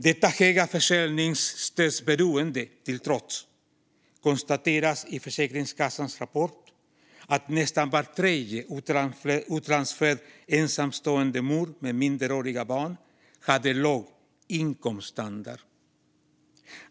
Detta höga försörjningsstödsberoende till trots konstateras i Försäkringskassans rapport att nästan var tredje utlandsfödd ensamstående mor med minderåriga barn hade låg inkomststandard.